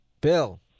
Bill